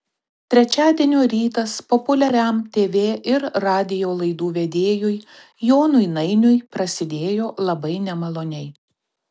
trečiadienio rytas populiariam tv ir radijo laidų vedėjui jonui nainiui prasidėjo labai nemaloniai